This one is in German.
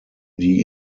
die